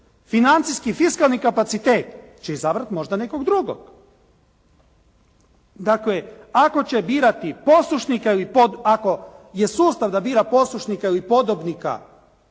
financijski fiskalni kapacitet će izabrati možda nekog drugog. Dakle, ako će birati poslušnika ili pod ako